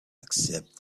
accept